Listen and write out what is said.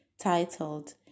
titled